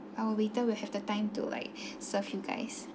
our waiter will have the time to like serve you guys